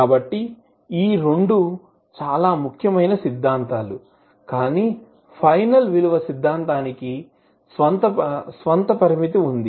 కాబట్టి ఈ రెండు చాలా ముఖ్యమైన సిద్ధాంతాలు కాని ఫైనల్ విలువ సిద్ధాంతానికి దాని స్వంత పరిమితి ఉంది